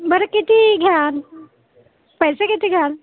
बरं किती घ्याल पैसे किती घ्याल